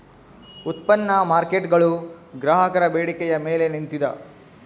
ಉತ್ಪನ್ನ ಮಾರ್ಕೇಟ್ಗುಳು ಗ್ರಾಹಕರ ಬೇಡಿಕೆಯ ಮೇಲೆ ನಿಂತಿದ